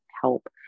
help